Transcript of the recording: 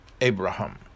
Abraham